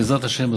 בעזרת השם,